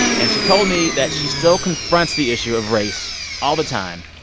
and she told me that she still confronts the issue of race all the time,